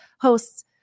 hosts